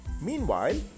Meanwhile